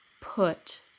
put